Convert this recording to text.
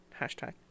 Hashtag